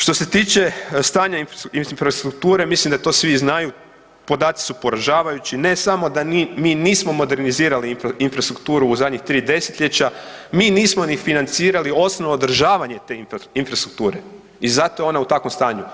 Što se tiče stanja infrastrukture mislim da to svi znaju, podaci su poražavajući, ne samo da mi nismo modernizirali Infrastrukturu u zadnjih 3 desetljeća, mi nismo ni financirali osnovno održavanje te Infrastrukture i zato je ona u takvom stanju.